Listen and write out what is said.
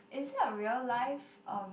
is it a real life um